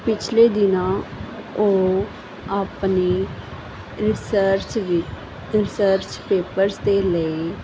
ਪਿਛਲੇ ਦਿਨਾਂ ਉਹ ਆਪਣੇ ਰਿਸਰਚ ਵੀ ਰਿਸਰਚ ਪੇਪਰਸ ਦੇ ਲਈ